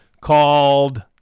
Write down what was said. called